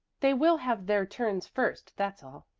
they will have their turns first, that's all.